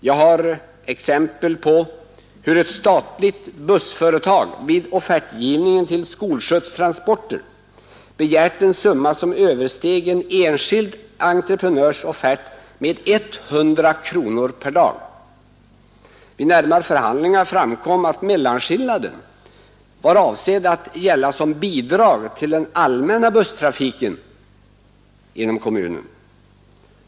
Jag har exempel på hur ett statligt bussföretag vid offertgivningen till skolskjutstransporter begärt en summa som översteg en enskild entreprenörs offert med 100 kronor per dag. Vid närmare förhandlingar framkom att mellanskillnaden var avsedd att gälla som bidrag till den allmänna busstrafiken inom kommunen.